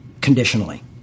conditionally